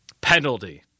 penalty